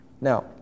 Now